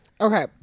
Okay